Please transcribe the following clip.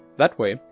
that way,